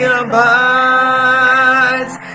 abides